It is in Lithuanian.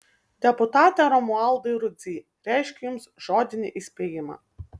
deputate romualdai rudzy reiškiu jums žodinį įspėjimą